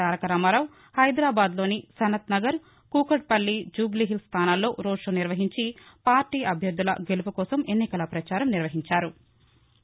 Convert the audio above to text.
తారక రామారావు హైదరాబాద్ లోని సనత్ నగర్ కూకట్ పల్లి జూబ్లీ హిల్స్ స్థానాల్లో road show నిర్వహించి పార్టీ అభ్యర్దుల కోసం ఎన్నికల ప్రచారం నిర్వహించారు